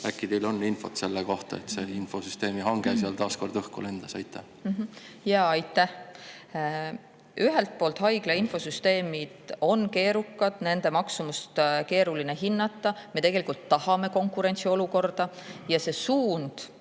äkki teil on infot selle kohta, miks see infosüsteemi hange seal taas kord õhku lendas. Aitäh! Ühelt poolt haiglainfosüsteemid on keerukad, nende maksumust on keeruline hinnata. Me tegelikult tahame konkurentsiolukorda ja see suund,